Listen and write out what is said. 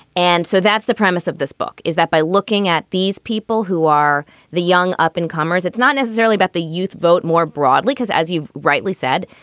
and so that's the premise of this book, is that by looking at these people who are the young up and comers, it's not necessarily about the youth vote more broadly, because, as you rightly said,